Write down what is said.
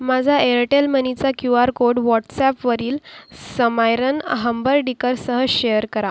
माझा एअरटेल मनीचा Q R code व्हॉटसॲपवरील समायरन हंबर्डीकरसह शेअर करा